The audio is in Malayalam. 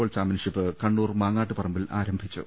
ബോൾ ചാമ്പ്യൻഷിപ്പ് കണ്ണൂർ മാങ്ങാട്ടുപറമ്പിൽ ആരംഭിച്ചു